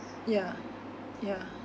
yeah yeah